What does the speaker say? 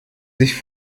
sich